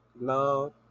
love